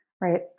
Right